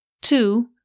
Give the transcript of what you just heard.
Two